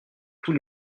tous